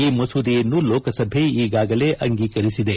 ಈ ಮಸೂದೆಯನ್ನು ಲೋಕಸಭೆ ಈಗಾಗಲೇ ಅಂಗೀಕರಿಸಿದೆ